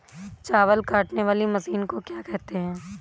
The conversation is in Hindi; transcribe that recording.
चावल काटने वाली मशीन को क्या कहते हैं?